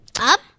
Up